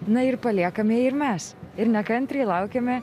na ir paliekame ir mes ir nekantriai laukiame